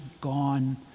gone